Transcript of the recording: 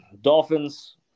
Dolphins